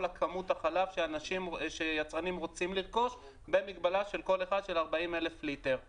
כמות החלב שיצרנים רוצים לרכוש במגבלה של 40,000 ליטר לכל אחד.